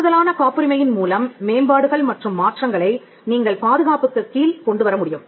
கூடுதலான காப்புரிமையின் மூலம் மேம்பாடுகள் மற்றும் மாற்றங்களை நீங்கள் பாதுகாப்புக்குக் கீழ் கொண்டுவர முடியும்